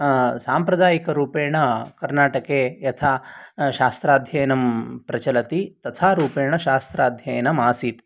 साम्प्रदायिकरूपेण कर्णाटके यथा शास्त्राध्ययनं प्रचलति तथारूपेण शास्त्राध्ययनम् आसीत्